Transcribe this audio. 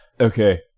Okay